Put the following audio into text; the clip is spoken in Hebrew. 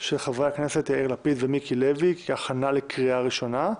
של חברי הכנסת יאיר לפיד ומיקי לוי הכנה לקריאה ראשונה.